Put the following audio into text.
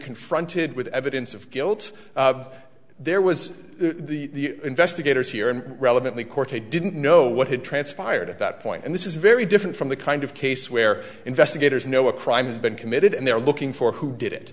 confronted with evidence of guilt there was the investigators here in relevantly court they didn't know what had transpired at that point and this is very different from the kind of case where investigators know a crime has been committed and they're looking for who did it